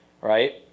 right